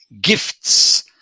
gifts